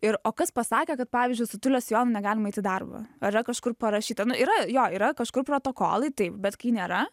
ir o kas pasakė kad pavyzdžiui su tiulio sijonu negalima eit į darbą ar yra kažkur parašyta nu yra jo yra kažkur protokolai taip bet kai nėra